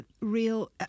real